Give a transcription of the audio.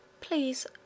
Please